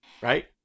right